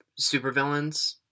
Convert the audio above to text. supervillains